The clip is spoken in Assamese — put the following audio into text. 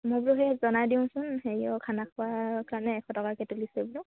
মই বোলো সেই জনাই দিওঁচোন হেৰিও খানা খোৱাৰ কাৰণে এশ টকাকে তুলিছে এইবাৰ